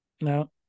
no